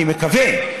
אני מקווה,